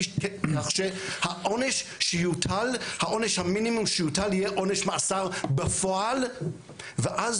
כך שהעונש המינימום שיוטל יהיה עונש מאסר בפועל ואז